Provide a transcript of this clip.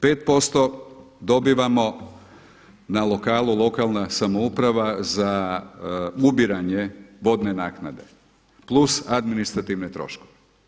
5 posto dobivamo na lokalu, lokalna samouprava, za ubiranje vodne naknade plus administrativne troškove.